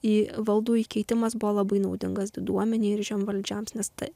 į valdų įkeitimas buvo labai naudingas diduomenei ir žemvaldžiams nes tai